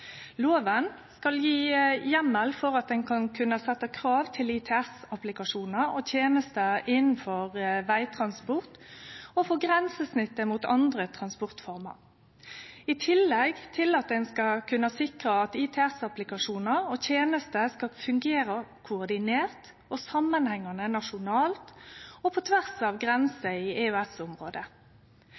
Loven skal gje heimel for at ein skal kunne setje krav til ITS-applikasjonar og -tenester innanfor vegtransport og for grensesnittet mot andre transportformer, i tillegg til at ein skal kunne sikre at ITS-applikasjonar og -tenester skal fungere koordinert og samanhengande nasjonalt og på tvers av grenser i